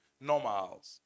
normals